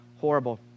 horrible